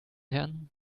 herren